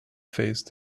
phase